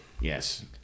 Yes